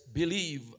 believe